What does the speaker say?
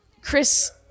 Chris